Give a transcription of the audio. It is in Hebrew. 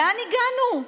לאן הגענו?